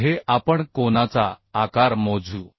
पुढे आपण कोनाचा आकार मोजू